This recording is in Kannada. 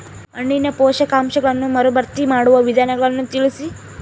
ಮಣ್ಣಿನ ಪೋಷಕಾಂಶಗಳನ್ನು ಮರುಭರ್ತಿ ಮಾಡುವ ವಿಧಾನಗಳನ್ನು ತಿಳಿಸಿ?